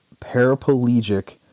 paraplegic